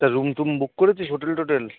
তা রুম টুম বুক করেছিস হোটেল টোটেল